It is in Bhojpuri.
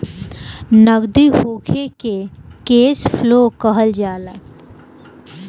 नगदी होखे के कैश फ्लो कहल जाला